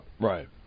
right